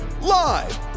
Live